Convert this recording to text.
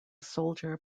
soldier